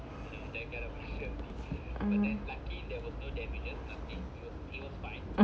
hmm